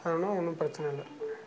அதெலாம் ஒன்றும் பிரச்சினையில்லை